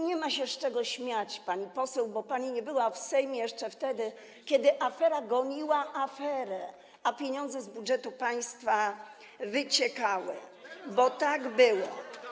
Nie ma się z czego śmiać, pani poseł, bo pani nie była jeszcze wtedy w Sejmie, kiedy afera goniła aferę, a pieniądze z budżetu państwa wyciekały, bo tak było.